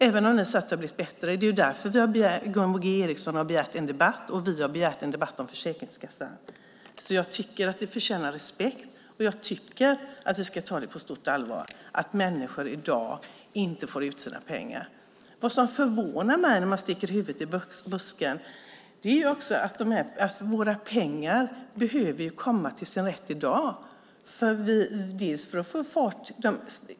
Ni säger att det har blivit bättre, men det är därför Gunvor G Ericson har begärt en debatt och vi har begärt en debatt om Försäkringskassan. Jag tycker att det förtjänar respekt. Att människor i dag inte får ut sina pengar ska vi ta på stort allvar. Det förvånar mig att man sticker huvudet i busken, för våra pengar behöver komma till sin rätt i dag för att man ska få fart.